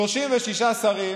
36 שרים